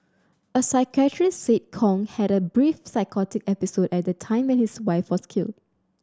a psychiatrist said Kong had a brief psychotic episode at the time when his wife was killed